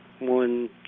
one